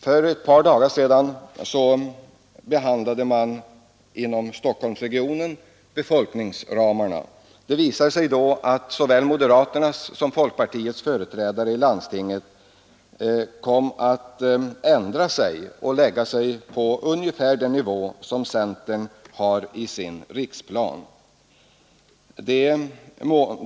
För ett par dagar sedan behandlade man inom Stockholmsregionen frågan om befolkningsramarna. Det visade sig då att såväl moderaternas som folkpartiets företrädare i landstinget ändrade sig och lade sig på ungefär den nivå som centern har i sin riksplan.